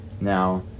Now